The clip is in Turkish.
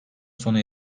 sona